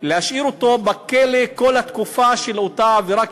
להשאיר אותו בכלא כל התקופה של אותה עבירה,